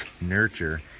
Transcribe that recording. nurture